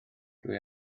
dwi